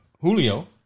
Julio